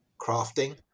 crafting